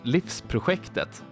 Livsprojektet